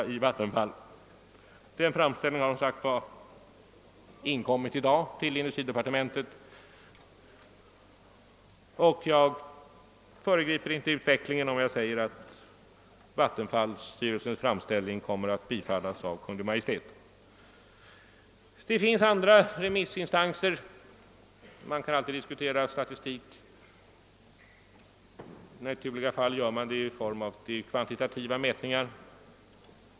Det är en framställning som i dag har inkommit till industridepartementet, och jag föregriper inte utvecklingen om jag säger att vattenfallsstyrelsens framställning kommer att bifallas av Kungl. Maj:t. Detta var en utvikning. Nu tillbaka till herr Burenstam Linder. Det finns flera remissinstanser som har yttrat sig. Man kan alltid diskutera de statistiska metoderna, men av naturliga skäl tillgriper man ofta kvantitativa mätningar.